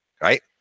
right